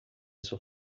isso